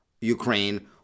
Ukraine